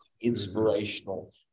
inspirational